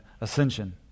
ascension